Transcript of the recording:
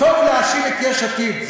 טוב להאשים את יש עתיד.